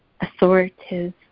authoritative